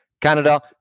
Canada